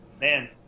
man